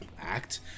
act